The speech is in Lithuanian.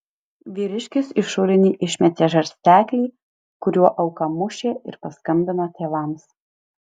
vyriškis į šulinį išmetė žarsteklį kuriuo auką mušė ir paskambino tėvams